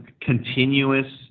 continuous